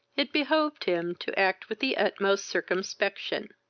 it behoved him to act with the utmost circumspection.